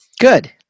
good